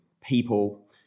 people